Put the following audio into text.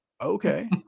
okay